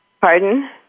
Pardon